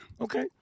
Okay